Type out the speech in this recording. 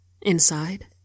Inside